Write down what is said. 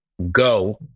go